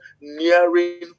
Nearing